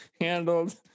handled